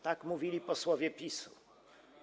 Tak mówili posłowie PiS-u.